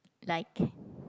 like